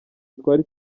twari